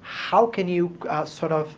how can you sort of